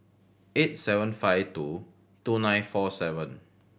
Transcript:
eight seven five two two nine four seven